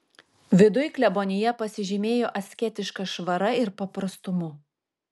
viduj klebonija pasižymėjo asketiška švara ir paprastumu